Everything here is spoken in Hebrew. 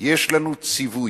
יש לנו ציווי,